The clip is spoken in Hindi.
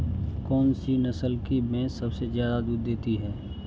कौन सी नस्ल की भैंस सबसे ज्यादा दूध देती है?